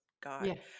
God